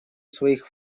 своих